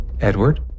Edward